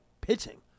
pitching